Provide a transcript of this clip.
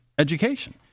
Education